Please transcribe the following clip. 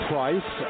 Price